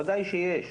ודאי שיש.